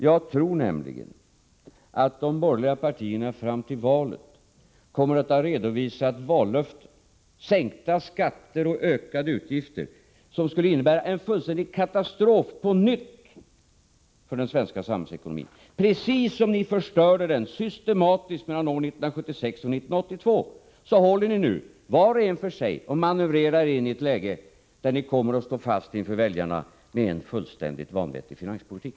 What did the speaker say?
Jag tror nämligen att de borgerliga partierna fram till valet kommer att ha redovisat vallöften, sänkta skatter och ökade utgifter, som på nytt skulle innebära en fullständig katastrof för den svenska samhällsekonomin. Precis som ni systematiskt förstörde den mellan år 1976 och 1982 håller ni nu, var och en för sig, på att manövrera er in i ett läge där ni kommer att stå fast inför väljarna med en fullständigt vanvettig finanspolitik.